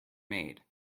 made